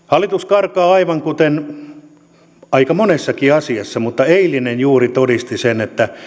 hallitus karkaa aivan kuten aika monessakin asiassa mutta eilinen juuri todisti sen että